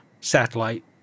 satellite